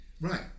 Right